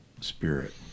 spirit